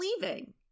leaving